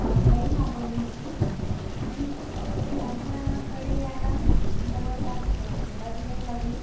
online मागवली होती आणि ती माझ्याकडे याला जवळपास सोळा दिवस लागले